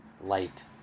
light